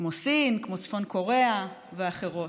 כמו סין, צפון קוריאה ואחרות.